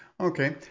Okay